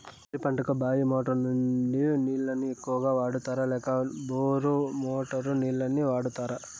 వరి పంటకు బాయి మోటారు నుండి నీళ్ళని ఎక్కువగా వాడుతారా లేక బోరు మోటారు నీళ్ళని వాడుతారా?